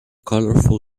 colorful